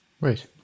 Right